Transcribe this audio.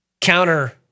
counter-